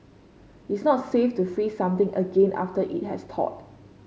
it's not safe to freeze something again after it has thawed